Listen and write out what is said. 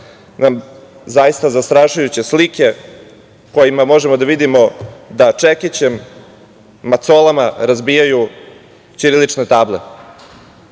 zaista zastrašujuće slike kojima možemo da vidimo da čekićem, macolama razbijaju ćirilične table.